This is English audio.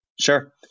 Sure